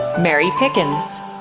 mary pickens,